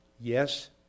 Yes